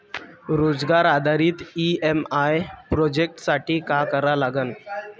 रोजगार आधारित EMI projection साठी का करा लागन?